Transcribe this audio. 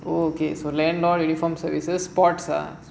so landlord uniform services sports hub